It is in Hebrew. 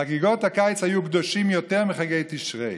חגיגות הקיץ היו קדושות יותר מחגי תשרי,